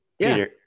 Peter